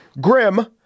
Grim